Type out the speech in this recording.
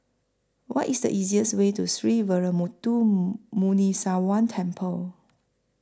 What IS The easiest Way to Sree Veeramuthu Muneeswaran Temple